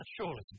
Surely